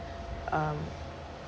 um